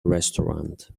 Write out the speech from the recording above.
restaurant